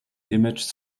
images